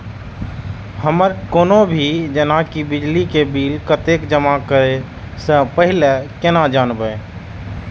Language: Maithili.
हमर कोनो भी जेना की बिजली के बिल कतैक जमा करे से पहीले केना जानबै?